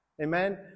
Amen